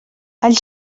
els